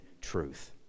truth